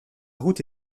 route